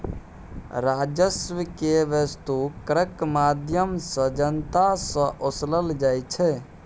राजस्व केँ बस्तु करक माध्यमसँ जनता सँ ओसलल जाइ छै